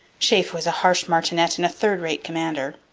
sheaffe was a harsh martinet and a third-rate commander.